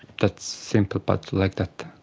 that's simple, but like that.